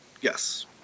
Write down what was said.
Yes